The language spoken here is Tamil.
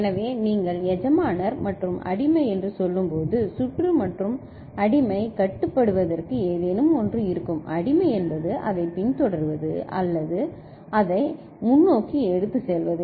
எனவே நீங்கள் எஜமானர் மற்றும் அடிமை என்று சொல்லும்போது சுற்று மற்றும் அடிமை கட்டுப்படுத்துவதற்கு ஏதேனும் ஒன்று இருக்கும் அடிமை என்பது அதைப் பின்தொடர்வது அதை முன்னோக்கி எடுத்துச் செல்வது